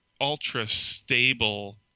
ultra-stable